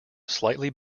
slightly